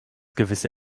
gewisse